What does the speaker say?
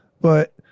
but-